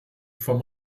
vom